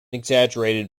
exaggerated